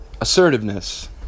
assertiveness